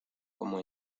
como